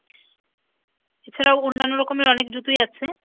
এছাড়াও অন্যান্য রকমের অনেক জুতোই আছে